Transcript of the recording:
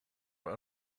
that